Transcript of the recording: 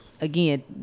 again